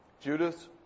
Judas